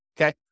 Okay